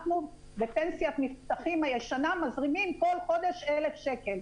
אנחנו בפנסיית מבטחים הישנה מזרימים כל חודש אלף שקל.